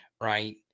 right